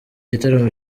gitaramo